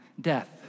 death